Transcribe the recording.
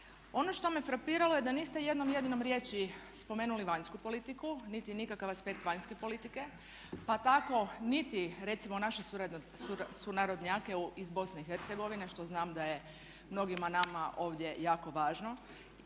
Ono što me frapiralo je da niste niti jednom jedinom riječi spomenuli vanjsku politiku niti nikakav aspekt vanjske politike pa tako niti recimo naše sunarodnjake iz bosne i Hercegovine što znam da je mnogima nama ovdje jako važno.